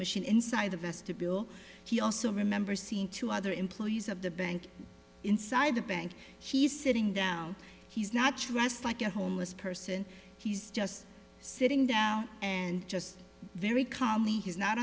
machine inside the vestibule he also remember seeing two other employees of the bank inside the bank he's sitting down he's not dressed like a homeless person he's just sitting down and just very calm